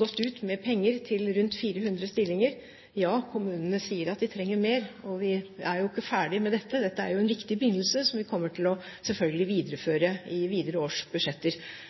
gått ut med penger til rundt 400 stillinger. Ja, kommunene sier at de trenger mer, og vi er jo ikke ferdig med dette. Dette er en viktig begynnelse, som vi selvfølgelig kommer til å